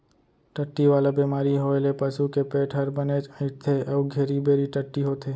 टट्टी वाला बेमारी होए ले पसू के पेट हर बनेच अइंठथे अउ घेरी बेरी टट्टी होथे